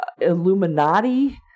Illuminati